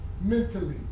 mentally